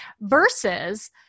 Versus